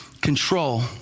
control